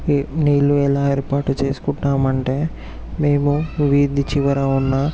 నీళ్లు ఎలా ఏర్పాటు చేసుకుంటాం అంటే మేము వీధి చివర ఉన్న